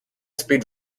speed